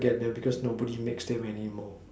get them because nobody makes them anymore